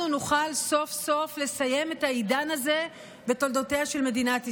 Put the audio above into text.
נוכל סוף-סוף לסיים את העידן הזה בתולדותיה של מדינת ישראל?